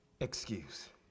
excuse